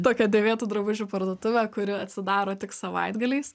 tokia dėvėtų drabužių parduotuvė kuri atsidaro tik savaitgaliais